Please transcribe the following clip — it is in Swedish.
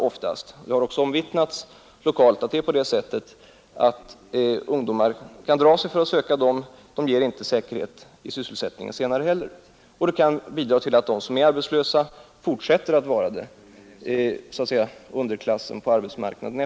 Det har också omvittnats lokalt att det är på det sättet, att ungdomar kan dra sig för att söka sådana platser; de ger inte säkerhet i sysselsättningen senare heller. Det kan bidra till att de som är arbetslösa fortsätter att vara det och så att säga allt framgent kommer att utgöra underklassen på arbetsmarknaden.